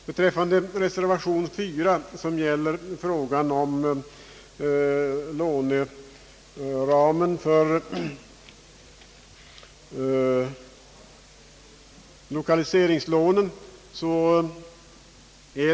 Reservation a vid punkten 4 gäller frågan om löneramen för lokaliseringslånen.